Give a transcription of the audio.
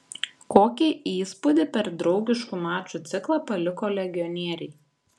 kokį įspūdį per draugiškų mačų ciklą paliko legionieriai